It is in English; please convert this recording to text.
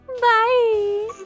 Bye